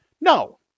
No